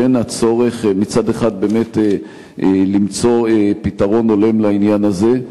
בין הצורך מצד אחד למצוא פתרון הולם לעניין הזה,